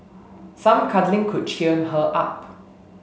some cuddling could cheer her up